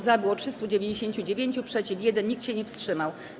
Za było 399, przeciw - 1, nikt się nie wstrzymał.